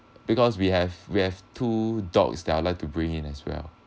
because we have we have two dogs that I'll like to bring in as well